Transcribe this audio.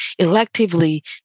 electively